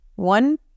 One